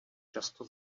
často